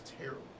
terrible